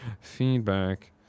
feedback